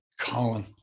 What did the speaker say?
Colin